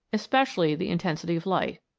especially the in tensity of light,